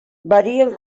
varien